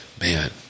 man